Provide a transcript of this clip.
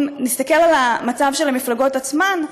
אם נסתכל על המצב של המפלגות עצמן,